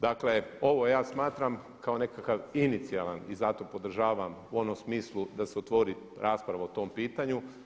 Dakle, ovo ja smatram kao nekakav inicijalan i zato podržavam u onom smislu da se otvori rasprava o tom pitanju.